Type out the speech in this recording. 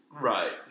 Right